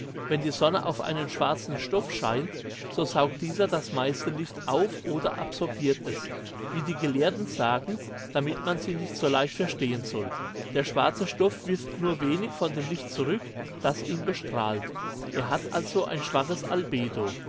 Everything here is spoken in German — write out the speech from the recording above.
wenn die sonne auf einen schwarzen stoff scheint so saugt dieser das meiste licht auf oder absorbiert es wie die gelehrten sagen damit man sie nicht so leicht verstehen soll der schwarze stoff wirft nur wenig von dem licht zurück das ihn bestrahlt er hat also ein schwaches albedo